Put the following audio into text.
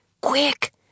Quick